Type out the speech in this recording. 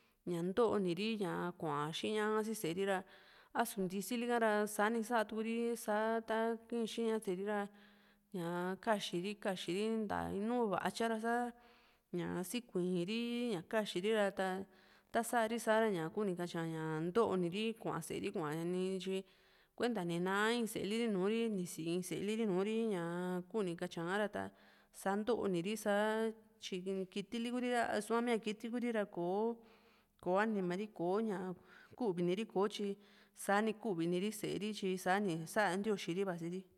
ña ntooni ri ña kua xiña ka si sée ri ra a´su ntisili ka ra sa sani sá tukuri s´a ta kii xiña sée ri ra ña kaxiri kaxiri nta in núu vatya sa ña sa sikuiiri si ña kaxiri ra ta sa´ri sa ra ñaku ni katyia ña ntooni ri kua sée ri kua ni tyi kuenta ni na´a in sée li ri nùù ri kíni katya´ra sa ntooni ri sa tyi kiti li Kuri ra isua mía kitili Kuri ra kò´o anima ri ko´ña kuvini ri kotyi sa´ni kuvini ri sée ri tyi sa´ni sá ntioxi ri vasi ri